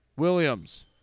Williams